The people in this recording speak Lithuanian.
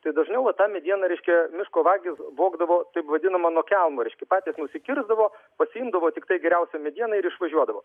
tai dažniau va tą medieną reiškia miško vagys vogdavo taip vadinamą nuo kelmo reiškia patys nusikirsdavo pasiimdavo tiktai geriausią medieną ir išvažiuodavo